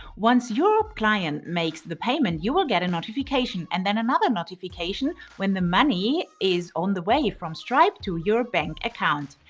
once your client makes the payment, you'll get a notification. and then another notification when the money is on its way from stripe to your bank account.